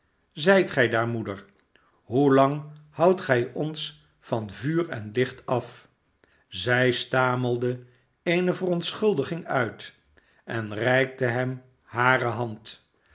zijt gij daar moeder hoe lang houdt gij ons van vuur en licht af zij stamelde eene verontschuldiging uit en reikte hem hare hand